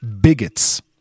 bigots